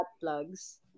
plugs